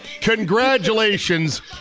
congratulations